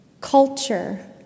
culture